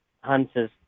Hunter's